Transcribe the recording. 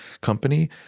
company